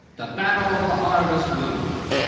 the battle of the harvest moon.